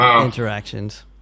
Interactions